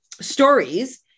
stories